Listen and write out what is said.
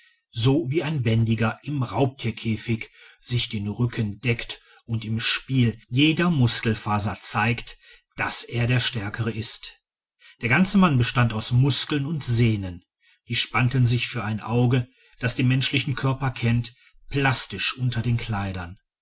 so wie ein bändiger im raubtierkäfig sich den rücken deckt und im spiel jeder muskelfaser zeigt daß er der stärkere ist der ganze mann bestand aus muskeln und sehnen die spannten sich für ein auge das den menschlichen körper kennt plastisch unter den kleidern